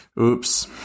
oops